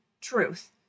truth